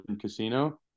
casino